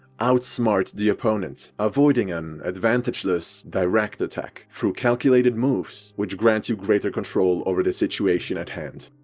outsmart the opponent, avoiding an advantageless direct attack, through calculated moves, which grant you greater control over the situation at hand.